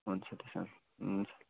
हुन्छ त्यसो भए हुन्छ